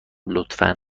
لطفا